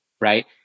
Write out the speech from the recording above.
right